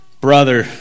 brother